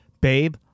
babe